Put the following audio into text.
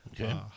Okay